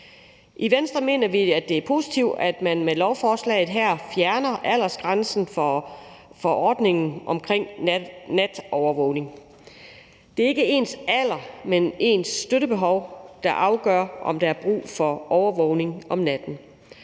I Venstre mener vi, at det er positivt, at man med lovforslaget her fjerner aldersgrænsen fra ordningen om natovervågning. Det er ikke ens alder, men ens støttebehov, der afgør, om der er brug for overvågning om natten,